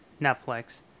Netflix